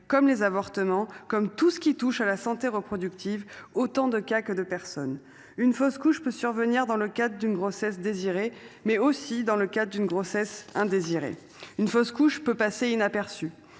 comme les avortements comme tout ce qui touche à la santé reproductive, autant de cas que de personnes une fausse couche peut survenir dans le cadre d'une grossesse désirée mais aussi dans le cas d'une grossesse hein. Une fausse couche peut passer inaperçu.